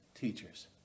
teachers